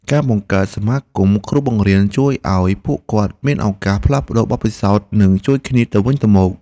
ការបង្កើតសមាគមគ្រូបង្រៀនជួយឱ្យពួកគាត់មានឱកាសផ្លាស់ប្តូរបទពិសោធន៍និងជួយគ្នាទៅវិញទៅមក។